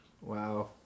Wow